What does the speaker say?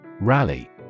Rally